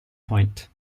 point